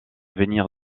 venir